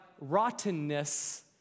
rottenness